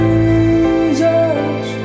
Jesus